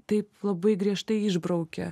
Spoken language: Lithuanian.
taip labai griežtai išbraukia